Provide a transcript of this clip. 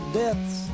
deaths